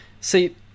See